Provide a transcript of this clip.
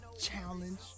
challenge